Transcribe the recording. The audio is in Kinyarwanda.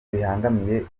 bibangamiye